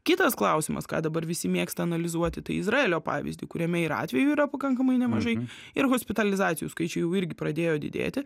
kitas klausimas ką dabar visi mėgsta analizuoti tai izraelio pavyzdį kuriame ir atvejų yra pakankamai nemažai ir hospitalizacijų skaičiai jau irgi pradėjo didėti